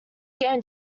game